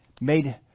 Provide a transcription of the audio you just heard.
Made